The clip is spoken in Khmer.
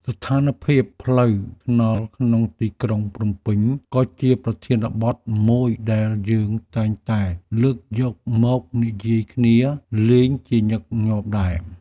ស្ថានភាពផ្លូវថ្នល់ក្នុងទីក្រុងភ្នំពេញក៏ជាប្រធានបទមួយដែលយើងតែងតែលើកយកមកនិយាយគ្នាលេងជាញឹកញាប់ដែរ។